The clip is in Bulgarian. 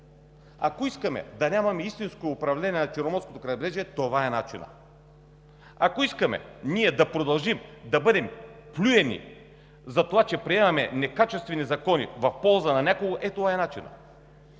Ако искаме да нямаме истинско управление на Черноморското крайбрежие, това е начинът! Ако искаме ние да продължим да бъдем плюти за това че приемаме некачествени закони в полза на някого, ей това е начинът!